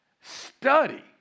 study